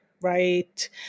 right